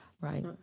Right